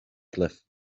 cliff